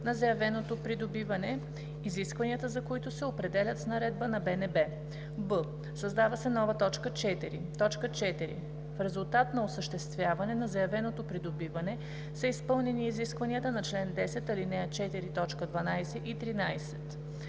на заявеното придобиване, изискванията за които се определят с наредба на БНБ;“ б) създава се нова т. 4: „4. в резултат на осъществяване на заявеното придобиване са изпълнени изискванията на чл. 10, ал. 4, т. 12 и 13;“